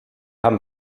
haben